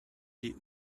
die